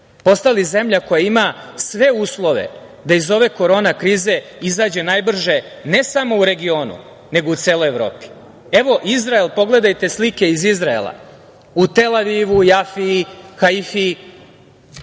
Postali zemlja koja ima sve uslove da iz ove korona krize izađe najbrže ne samo u regionu, nego i u celoj Evropi. Evo, Izrael, pogledajte slike iz Izraela, u Tel Avivu, Jafiji, Haifi